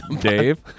Dave